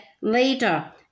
Later